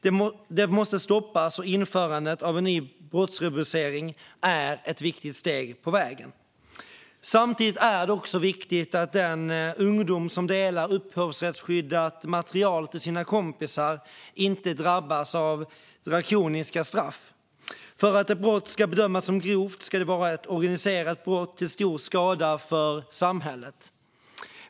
Detta måste stoppas, och införandet av en ny brottsrubricering är ett viktigt steg på vägen. Samtidigt är det också viktigt att den ungdom som delar upphovsrättsskyddat material till sina kompisar inte drabbas av drakoniska straff. För att ett brott ska bedömas som grovt ska det vara ett organiserat brott till stor skada för samhället.